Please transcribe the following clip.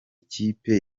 kipe